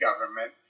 government